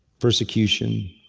persecution.